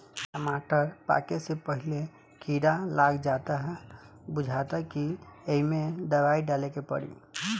टमाटर पाके से पहिले कीड़ा लाग जाता बुझाता कि ऐइमे दवाई डाले के पड़ी